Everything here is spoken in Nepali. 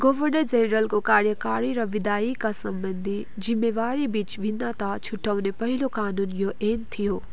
गभर्नर जेनरलको कार्यकारी र विधायिका सम्बन्धी जिम्मेवारीबिच भिन्नता छुट्याउने पहिलो कानुन यो ऐन थियो